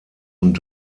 und